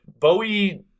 bowie